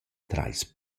trais